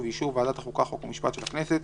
ובאישור ועדת החוקה חוק ומשפט של הכנסת,